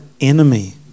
enemy